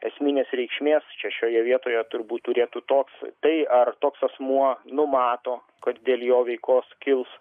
esminės reikšmės čia šioje vietoje turbūt turėtų toks tai ar toks asmuo numato kad dėl jo veikos kils